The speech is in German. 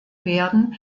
werden